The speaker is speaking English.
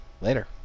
Later